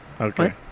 okay